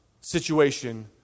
situation